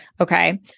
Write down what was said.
Okay